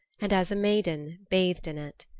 and as a maiden bathed in it.